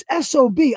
SOB